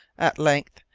at length,